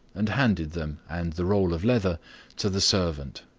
and handed them and the roll of leather to the servant,